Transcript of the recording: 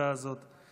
בלשכה הזאת,